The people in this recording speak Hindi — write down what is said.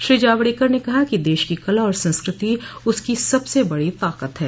श्री जावड़ेकर ने कहा कि देश की कला और संस्कृति उसकी सबसे बड़ी ताक़त है